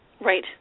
Right